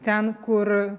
ten kur